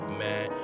man